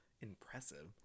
impressive